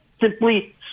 simply